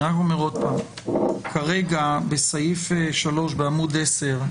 אני רק אומר שוב שכרגע בסעיף (3) בעמוד 10,